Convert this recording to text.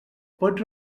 pot